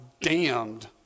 damned